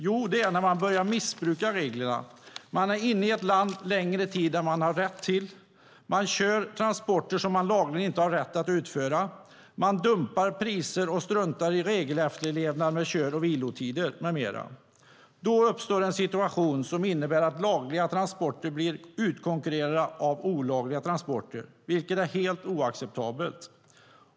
Jo, det är när man börjar missbruka reglerna: Man är inne i ett land längre tid än man har rätt till, man kör transporter som man lagligen inte har rätt att utföra, man dumpar priser och man struntar i regelefterlevnaden med kör och vilotider med mera. Då uppstår en situation som innebär att lagliga transporter blir utkonkurrerade av olagliga transporter, vilket är helt oacceptabelt.